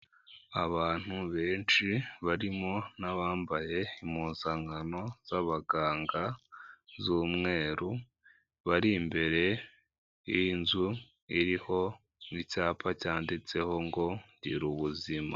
Abantu benshi barimo n'abambaye impuzankano z'abaganga z'umweru, bari imbere y'inzu iriho n'icyapa cyanditseho ngo gira ubuzima.